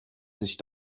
sich